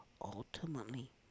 ultimately